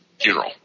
funeral